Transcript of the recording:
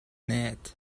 net